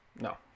No